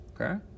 Okay